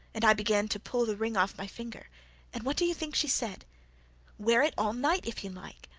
and i began to pull the ring off my finger and what do you think she said wear it all night, if you like.